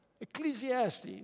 Ecclesiastes